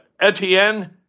Etienne